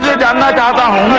ah da da da